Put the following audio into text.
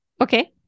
Okay